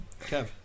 Kev